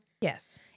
Yes